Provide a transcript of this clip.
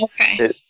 Okay